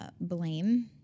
blame